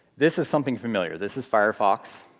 this is something familiar. this is firefox,